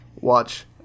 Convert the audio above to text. watch